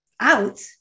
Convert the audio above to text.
out